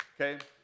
okay